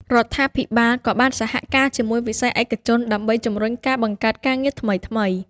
រដ្ឋាភិបាលក៏បានសហការជាមួយវិស័យឯកជនដើម្បីជំរុញការបង្កើតការងារថ្មីៗ។